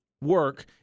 work